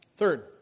Third